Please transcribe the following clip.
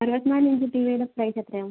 അറുപത്തി നാല് inch T V യുടെ പ്രൈസ് എത്രയാണ്